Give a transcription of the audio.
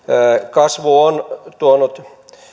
kasvu on myöskin tuonut